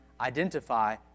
identify